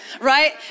right